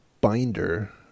binder